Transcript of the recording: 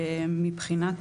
מבחינת